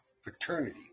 Fraternity